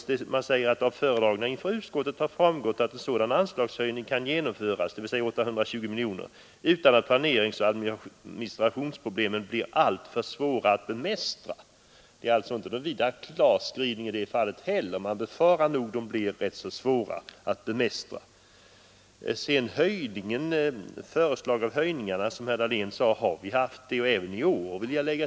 I betänkandet heter det: ”Av föredragningar inför utskottet har framgått att en sådan anslagshöjning kan genomföras” — dvs. 820 miljoner kronor — ”utan att planeringsoch administrationsproblemen blir alltför svåra att bemästra.” Det är alltså inte någon klar skrivning i det fallet. Man befarar nog att problemen blir rätt svåra att bemästra! Vad sedan gäller att föreslå höjningar har vi gjort det både tidigare och i år.